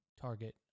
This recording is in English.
target